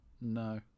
No